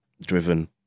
driven